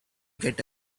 get